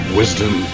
wisdom